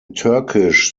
turkish